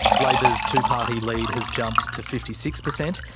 labor's two party lead has jumped to fifty six per cent,